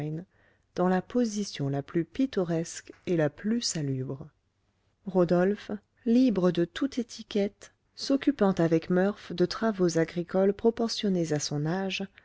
dans la position la plus pittoresque et la plus salubre rodolphe libre de toute étiquette s'occupant avec murph de travaux agricoles proportionnés à son âge